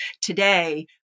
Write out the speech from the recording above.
today